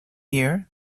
year